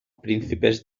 príncipes